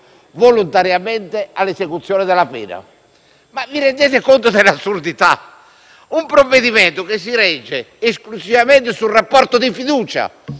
volontariamente all'esecuzione della pena». Vi rendete conto dell'assurdità? In un provvedimento che si regge esclusivamente sul rapporto di fiducia